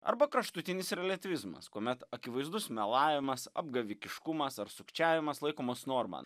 arba kraštutinis reliatyvizmas kuomet akivaizdus melavimas apgavikiškumas ar sukčiavimas laikomas norma